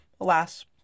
alas